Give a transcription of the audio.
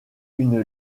une